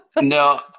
No